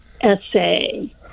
essay